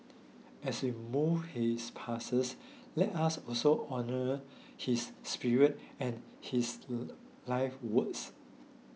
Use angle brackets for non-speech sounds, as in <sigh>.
as we mourn his passes let us also honour his spirit and his <noise> life's works